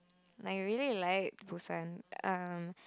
like I really liked Busan um